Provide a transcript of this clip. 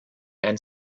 and